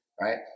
right